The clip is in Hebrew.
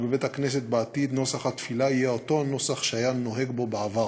בבית-הכנסת בעתיד יהיה אותו הנוסח שהיה נוהג בו בעבר.